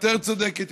יותר צודקת,